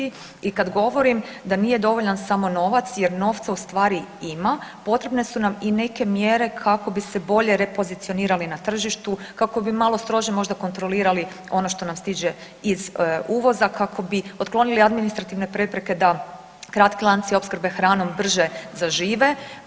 I kada govorim da nije dovoljan samo novac jer novca ustvari ima, potrebne su nam i neke mjere kako bi se bolje repozicionirali na tržištu, kako bi malo strože možda kontrolirali ono što nam stiže iz uvoza kako bi otklonili administrativne prepreke da kratki lanci opskrbe hranom brže zažive.